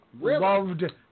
loved